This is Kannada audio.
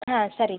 ಹಾಂ ಸರಿ